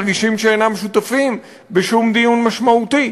מרגישים שאינם שותפים בשום דיון משמעותי.